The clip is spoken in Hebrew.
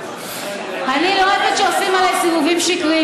אני לא אוהבת שעושים עליי סיבובים שקריים.